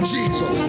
Jesus